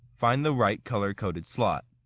find the right color-coded slot.